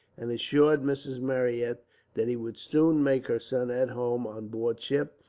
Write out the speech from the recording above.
and assured mrs. marryat that he would soon make her son at home on board ship,